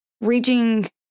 reaching